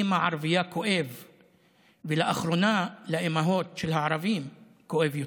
הפקות תרבות חדשות, לפרנס אומנים, כמובן,